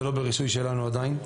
זה לא ברישוי שלנו עדיין,